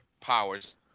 powers